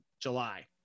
july